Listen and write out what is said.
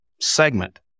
segment